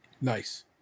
Nice